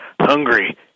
hungry